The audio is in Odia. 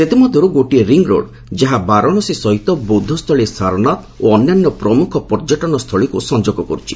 ସେଥିମଧ୍ୟରୁ ଗୋଟିଏ ରିଙ୍ଗ୍ରୋଡ୍ ଯାହା ବାରଣାସୀ ସହିତ ବୌଦ୍ଧସ୍ଥଳୀ ସାରନାଥ ଓ ଅନ୍ୟାନ୍ୟ ପ୍ରମୁଖ ପର୍ଯ୍ୟଟନସ୍ଥଳୀକୁ ସଂଯୋଗ କରୁଛି